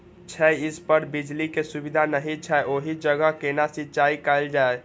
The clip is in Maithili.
छै इस पर बिजली के सुविधा नहिं छै ओहि जगह केना सिंचाई कायल जाय?